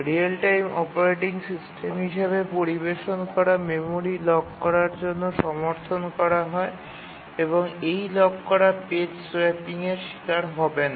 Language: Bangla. রিয়েল টাইম অপারেটিং সিস্টেম হিসাবে পরিবেশন করা মেমরি লক করার জন্য সমর্থন করা হয় এবং এই লক করা পেজ সোয়াপিং এর শিকার হবে না